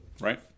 right